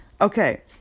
Okay